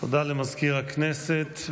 תודה למזכיר הכנסת.